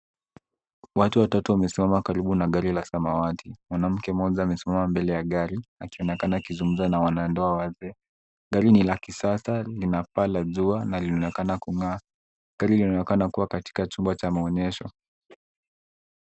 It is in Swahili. Watu watatu wamesimama karibu na gari la samawati mwanamke mmoja amesimama mbele ya gari akionekana akizungumza na wana ndoa wazee, gari ni la kisasa ni la paa la juu na linaonekana kungaa ,gari linaonekana kuwa katika chumba cha maonyesho.